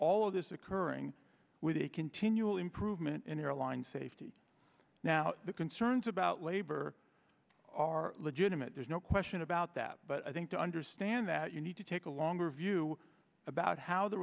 all of this occurring with a continual improvement in airline safety now the concerns about labor are legitimate there's no question about that but i think to understand that you need to take a longer view about how the